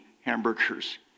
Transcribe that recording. hamburgers